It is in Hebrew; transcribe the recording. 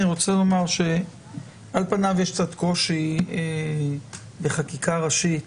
אני רוצה לומר שעל פניו יש קצת קושי בחקיקה ראשית